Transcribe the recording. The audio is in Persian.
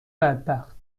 بدبخت